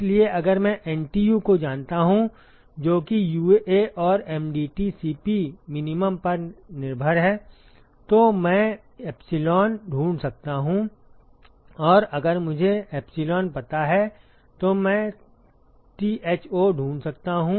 इसलिए अगर मैं एनटीयू को जानता हूं जो कि यूए और एमडीटी सीपी मिन पर निर्भर है तो मैं ईपीएसलॉन ढूंढ सकता हूं और अगर मुझे ईपीएसलॉन पता है तो मैं थो ढूंढ सकता हूं